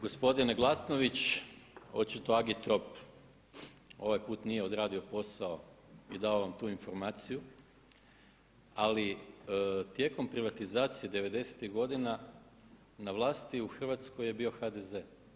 Gospodine Glasnović, očito Agitrop ovaj put nije odradio posao i dao vam tu informaciju ali tijekom privatizacije 90.tih godina na vlasi u Hrvatskoj je bio HDZ.